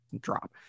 drop